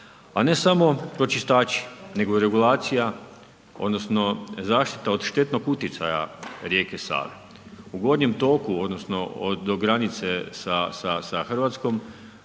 a ne samo pročistaču nego i regulacija, odnosno zaštita od štetnog utjecaja rijeke Save. U gornjem toku, odnosno do granice sa Hrvatskom,